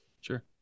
Sure